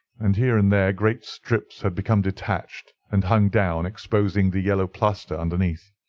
and here and there great strips had become detached and hung down, exposing the yellow plaster and beneath.